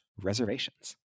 reservations